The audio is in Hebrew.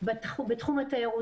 זה חו"ל,